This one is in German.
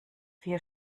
vier